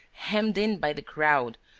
hemmed in by the crowd,